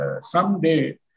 someday